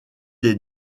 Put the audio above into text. des